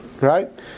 right